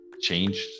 changed